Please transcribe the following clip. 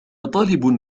طالب